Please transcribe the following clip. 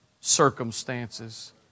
circumstances